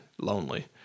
lonely